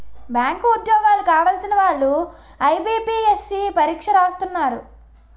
bank ఉద్యోగాలు కావలసిన వాళ్లు ఐబీపీఎస్సీ పరీక్ష రాస్తున్నారు